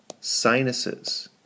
sinuses